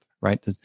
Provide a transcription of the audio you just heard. right